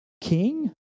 king